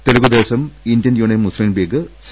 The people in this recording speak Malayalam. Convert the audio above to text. Telugu Desam Indian Union Muslim League C